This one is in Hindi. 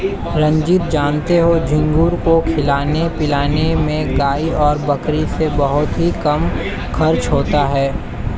रंजीत जानते हो झींगुर को खिलाने पिलाने में गाय और बकरी से बहुत ही कम खर्च होता है